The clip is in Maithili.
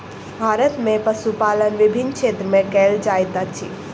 भारत में पशुपालन विभिन्न क्षेत्र में कयल जाइत अछि